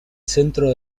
centro